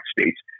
states